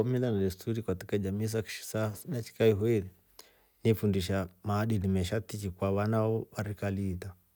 Mila na desturi katika jamii sa kisha- sa dachikaiyoi ni fundisha maadili mesha tiki kwa vana wo wa rika liita.